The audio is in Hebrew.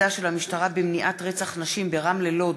ידה של המשטרה במניעת רצח נשים ברמלה-לוד